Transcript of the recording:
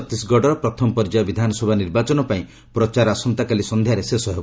ଛତିଶଗଡ଼ର ପ୍ରଥମ ପର୍ଯ୍ୟାୟ ବିଧାନସଭା ନିର୍ବାଚନ ପାଇଁ ପ୍ରଚାର ଆସନ୍ତାକାଲି ସନ୍ଧ୍ୟାରେ ଶେଷ ହେବ